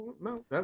No